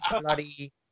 bloody